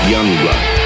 Youngblood